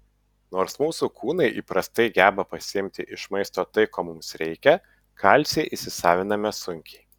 nors mūsų kūnai įprastai geba pasiimti iš maisto tai ko mums reikia kalcį įsisaviname sunkiai